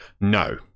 No